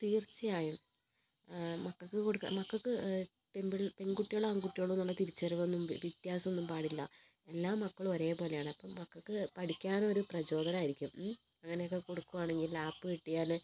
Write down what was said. തീർച്ചയായും മക്കൾക്ക് കൊടുക്കാം മക്കൾക്ക് പെൺകുട്ടികളോ ആൺകുട്ടികളോ എന്നുള്ള തിരിച്ചറിവൊന്നും വ്യത്യാസമൊന്നും പാടില്ല എല്ലാ മക്കളും ഒരേ പോലെയാണ് അപ്പം മക്കൾക്ക് പഠിക്കാനുള്ള ഒരു പ്രചോദനമായിരിക്കും അങ്ങനെയൊക്കെ കൊടുക്കുകയാണെങ്കിൽ ലാപ്പ് കിട്ടിയാൽ